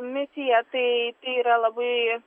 misiją tai tai yra labai